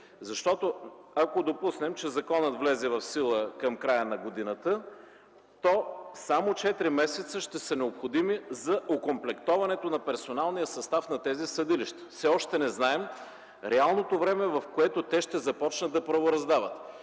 Защото, ако допуснем, че закона влезе в сила към края на годината, то само четири месеца ще са необходими за окомплектоването на персоналния състав на тези съдилища. Все още не знаем реалното време, в което те ще започнат да правораздават,